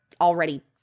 already